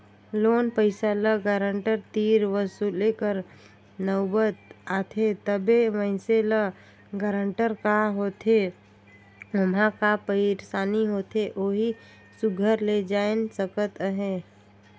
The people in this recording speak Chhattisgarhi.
लोन पइसा ल गारंटर तीर वसूले कर नउबत आथे तबे मइनसे ल गारंटर का होथे ओम्हां का पइरसानी होथे ओही सुग्घर ले जाएन सकत अहे